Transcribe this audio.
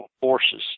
Forces